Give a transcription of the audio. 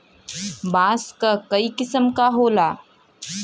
बांस क कई किसम क होला